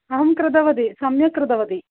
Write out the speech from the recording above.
अहं कृतवती सम्यक् कृतवती